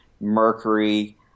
mercury